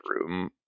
room